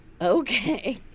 okay